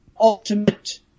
Ultimate